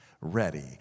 ready